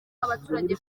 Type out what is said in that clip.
abaturage